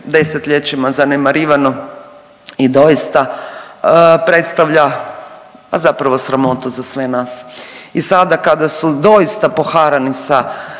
desetljećima zanemarivano i doista predstavlja zapravo sramotu za sve nas. I sada kada su doista poharani sa